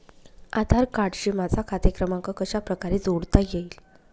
आधार कार्डशी माझा खाते क्रमांक कशाप्रकारे जोडता येईल?